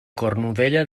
cornudella